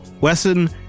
Wesson